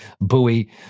buoy